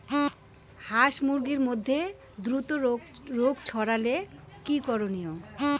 হাস মুরগির মধ্যে দ্রুত রোগ ছড়ালে কি করণীয়?